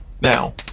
now